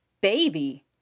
baby